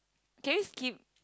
can you skip